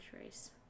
race